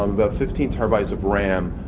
about fifteen terabytes of ram.